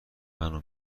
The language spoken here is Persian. منو